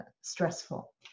stressful